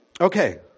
Okay